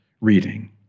reading